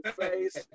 face